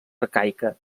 arcaica